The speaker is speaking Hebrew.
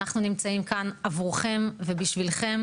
אנחנו נמצאים כאן עבורכם ובשבילכם,